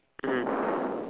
mm